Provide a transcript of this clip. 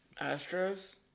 Astros